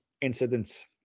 incidents